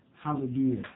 Hallelujah